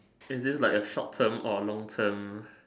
is this like a short term or a long term